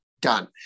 Done